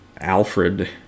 Alfred